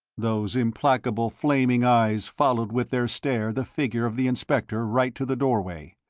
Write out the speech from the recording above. those implacable flaming eyes followed with their stare the figure of the inspector right to the doorway,